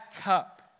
cup